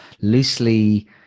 loosely